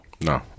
No